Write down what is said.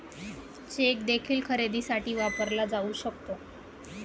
check देखील खरेदीसाठी वापरला जाऊ शकतो